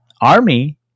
Army